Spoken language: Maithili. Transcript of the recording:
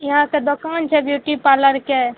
ई अहाँके दोकान छै ब्यूटी पार्लरके